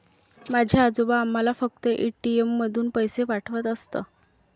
माझे आजोबा आम्हाला फक्त ए.टी.एम मधून पैसे पाठवत असत